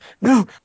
no